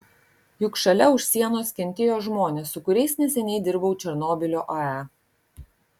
juk šalia už sienos kentėjo žmonės su kuriais neseniai dirbau černobylio ae